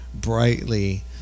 brightly